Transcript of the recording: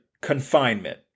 confinement